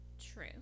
true